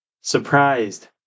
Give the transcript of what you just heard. surprised